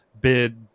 bid